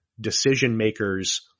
decision-makers